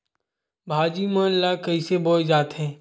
भाजी मन ला कइसे बोए जाथे?